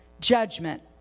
judgment